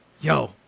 Yo